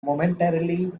momentarily